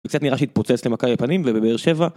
קצת נראה שהתפוצץ למכבי בפנים ובבאר שבע.